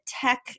tech